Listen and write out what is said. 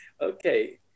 okay